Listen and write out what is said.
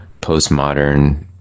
postmodern